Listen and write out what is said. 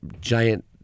giant